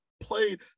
played